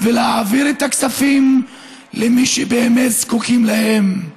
ולהעביר את הכספים למי שבאמת זקוקים להם.